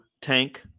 Tank